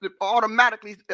automatically